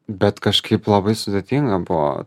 bet kažkaip labai sudėtinga po